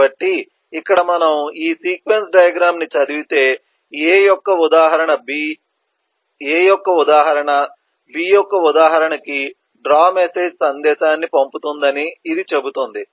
కాబట్టి ఇక్కడ మనం ఈ సీక్వెన్స్ డయాగ్రమ్ ని చదివితే A యొక్క ఉదాహరణ B యొక్క ఉదాహరణకి డ్రా మెసేజ్ సందేశాన్ని పంపుతుందని ఇది చెబుతుంది